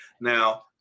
Now